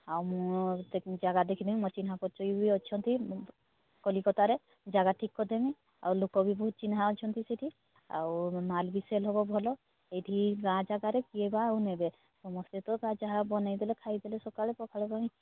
ଆଉ ମୁଁ ଦେଖିବି ଜାଗା ଦେଖିଦେବି ମୋ ଚିହ୍ନା ପରିଚୟ ବି ଅଛନ୍ତି ମୁଁ କଲିକତାରେ ଜାଗା ଠିକ୍ କରିଦେବି ଆଉ ଲୋକ ବି ବହୁତ ଚିହ୍ନା ଅଛନ୍ତି ସେଇଠି ଆଉ ମାଲ୍ ବି ସେଲ୍ ହେବ ଭଲ ଏଇଠି ଗାଁ ଜାଗାରେ କିଏ ବା ଆଉ ନେବେ ସମସ୍ତେ ତ ଯିଏ ଯାହା ବନେଇ ଦେଲେ ଖାଇଦେଲେ ସକାଳେ ପଖାଳ ପାଣି